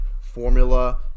formula